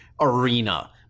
arena